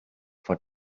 for